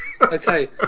okay